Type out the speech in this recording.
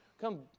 Come